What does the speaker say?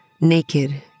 naked